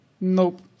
Nope